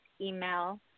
email